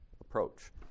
approach